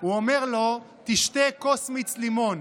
ואומר לו: תשתה כוס מיץ לימון.